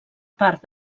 part